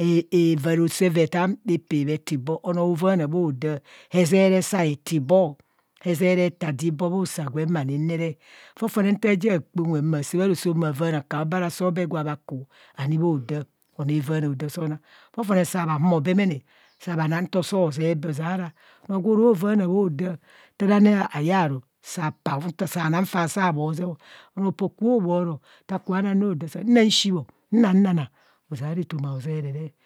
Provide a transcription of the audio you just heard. avaa roso evaa taa m bhe pee bhatibho onoo havaana bho da, hezere sa hetibho hezere heta do ibo ibhusa gwem ma ani re fofone nta ja kpa unwa maa saa kha roco maa vaana akaobe and asobe gwa bha ku, ani bho da, onoo evaana ho da, onang fofone sabha humo bemone bhanang nto so zeb bẹẹ ozeara onoo gwo ro vaana bhoda nta ra ani haa ye aru sa paa anang fa saa bho zebọ onio po kubo bhoo oro nta nang re odam nang shii bhong na nanang ozeara etoma hozere re.